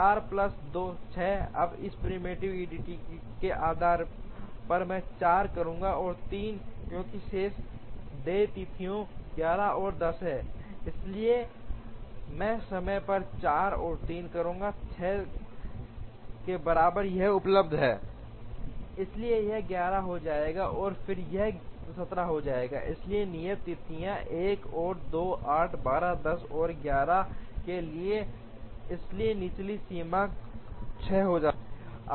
तो 4 प्लस 2 6 अब एक प्रीमेप्टिव ईडीडी के आधार पर मैं 4 करूंगा और 3 क्योंकि शेष देय तिथियां 11 और 10 हैं इसलिए मैं समय पर 4 और 3 करूंगा 6 के बराबर यह उपलब्ध है इसलिए यह 11 हो जाएगा और फिर यह 17 हो जाएगा इसलिए नियत तिथियां 1 और 2 8 12 10 और 11 के लिए हैं इसलिए निचली सीमा 6 हो जाती है